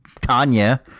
Tanya